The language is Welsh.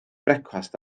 brecwast